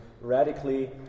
radically